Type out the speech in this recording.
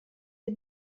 est